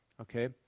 Okay